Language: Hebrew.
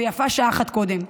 ויפה שעה אחת קודם.